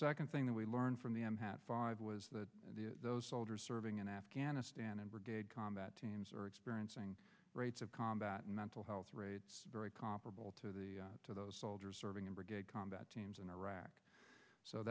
second thing that we learned from the five was that those soldiers serving in afghanistan and brigade combat teams are experiencing rates of combat and mental health rates very comparable to those soldiers serving in brigade combat teams in iraq so